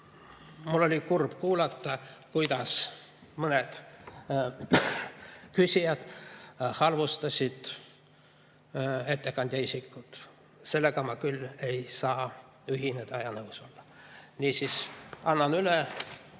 mul oli kurb kuulata, kuidas mõned küsijad halvustasid ettekandja isikut. Sellega ma küll ei saa ühineda ja nõus olla. Niisiis, annan üle